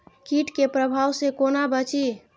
कीट के प्रभाव से कोना बचीं?